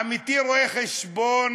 עמיתי רואה-החשבון,